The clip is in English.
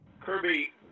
Kirby